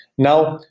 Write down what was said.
now,